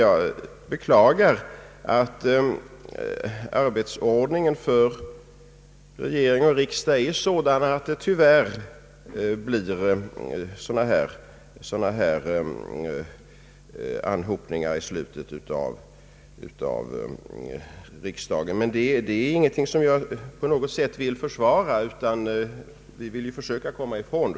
Jag beklagar att arbetsordningen för regering och riksdag är sådan att det tyvärr uppstår sådana här anhopningar i slutet av vårriksdagen. Det är alltså ingenting som jag på något sätt vill försvara, utan det är någonting som vi vill komma ifrån.